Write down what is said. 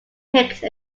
picked